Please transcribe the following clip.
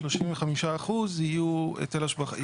ו-35% יהיו לא היטל השבחה,